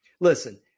Listen